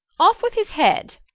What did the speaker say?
off with his head,